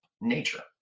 nature